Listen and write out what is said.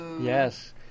Yes